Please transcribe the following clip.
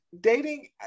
dating